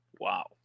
Wow